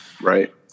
Right